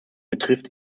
betrifft